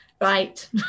Right